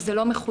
שזה לא מחויב,